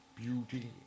beauty